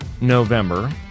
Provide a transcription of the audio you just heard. November